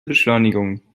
beschleunigung